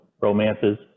romances